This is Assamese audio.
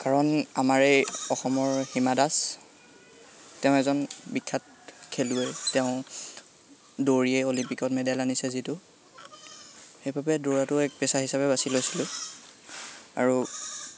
কাৰণ আমাৰ এই অসমৰ হীমা দাস তেওঁ এজন বিখ্যাত খেলুৱৈ তেওঁ দৌৰিয়েই অলিম্পিকত মেডেল আনিছে যিটো সেইবাবে দৌৰাটো এক পেচা হিচাপে বাছি লৈছিলোঁ আৰু